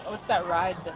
what's that ride but